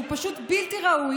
שהוא פשוט בלתי ראוי,